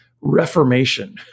reformation